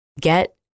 get